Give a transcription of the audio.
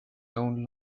own